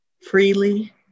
freely